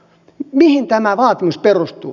mihin tämä vaatimus perustuu